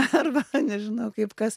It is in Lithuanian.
arba nežinau kaip kas